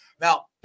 Now